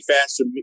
faster